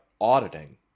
auditing